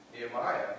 Nehemiah